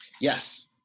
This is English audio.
yes